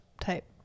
type